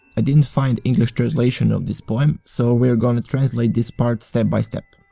i didn't find english translation of this poem so were gonna translate this part step by step.